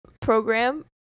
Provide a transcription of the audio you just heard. program